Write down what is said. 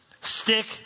Stick